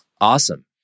awesome